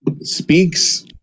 speaks